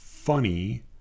funny